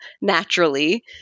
naturally